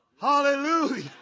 Hallelujah